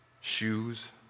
Shoes